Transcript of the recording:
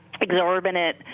exorbitant